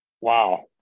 Wow